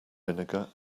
vinegar